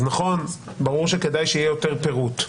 אז נכון, ברור שכדאי שיהיה יותר פירוט.